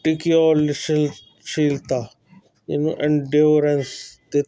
ਟਿਕਿਓਲ ਸ਼ ਸ਼ੀਲਤਾ ਜਿਵੇਂ ਐਡਿਊਰੈਂਸ